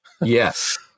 yes